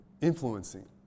influencing